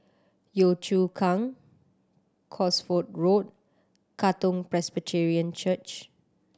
Yio Chu Kang Cosford Road Katong Presbyterian Church